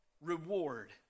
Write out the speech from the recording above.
reward